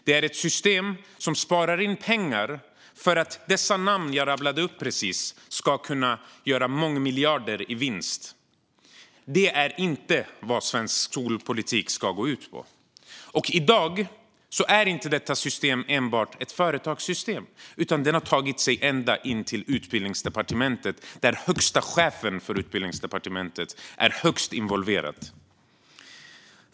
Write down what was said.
Det är ett system som sparar in pengar för att de namn jag just rabblade upp ska kunna göra mångmiljarder i vinst. Det är inte vad svensk skolpolitik ska gå ut på. I dag är inte detta system enbart ett företagssystem, utan det har tagit sig ända in i Utbildningsdepartementet, där högsta chefen för departementet är högst involverad.